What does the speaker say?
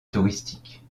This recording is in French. touristique